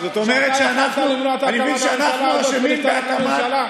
כשאתה יכולת למנוע את הקמת הממשלה,